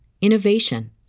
innovation